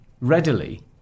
readily